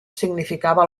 significava